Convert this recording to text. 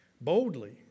Boldly